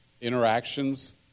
interactions